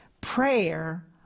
Prayer